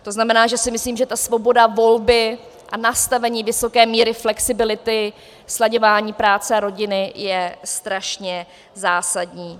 To znamená, že si myslím, že svoboda volby a nastavení vysoké míry flexibility, slaďování práce a rodiny je strašně zásadní.